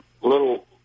little